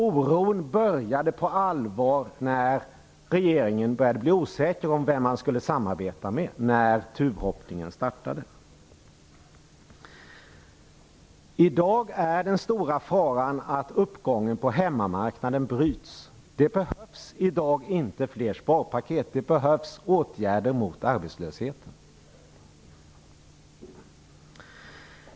Oron började på allvar när regeringen började bli osäker om vem man skulle samarbeta med - när tuvhoppningen startade. I dag är den stora faran att uppgången på hemmamarknaden bryts. Det behövs i dag inte fler sparpaket. Det behövs åtgärder mot arbetslösheten.